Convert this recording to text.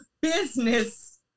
business